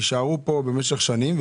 הם יישארו פה במשך שנים,